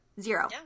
Zero